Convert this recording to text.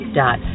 dot